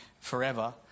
forever